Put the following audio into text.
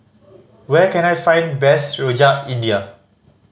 where can I find best Rojak India